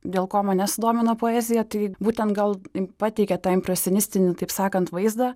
dėl ko mane sudomino poezija tai būtent gal jin pateikė tą impresionistinį taip sakant vaizdą